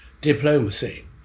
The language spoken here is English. diplomacy